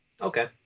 Okay